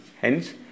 hence